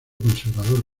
conservador